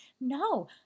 No